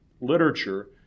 literature